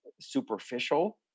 superficial